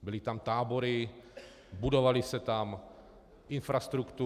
Byly tam tábory, budovaly se tam infrastruktury.